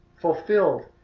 fulfilled